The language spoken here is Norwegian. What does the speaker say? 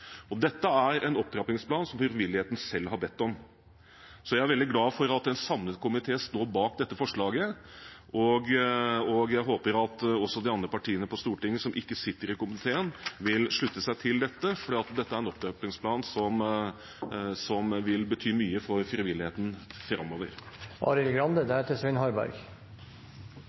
gode. Dette er en opptrappingsplan som frivilligheten selv har bedt om, så jeg er veldig glad for at en samlet komité står bak dette forslaget. Jeg håper at de andre partiene på Stortinget, som ikke sitter i komiteen, vil slutte seg til dette, for dette er en opptrappingsplan som vil bety mye for frivilligheten